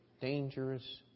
Dangerous